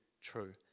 true